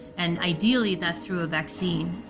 and ideally, that's through a vaccine.